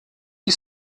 die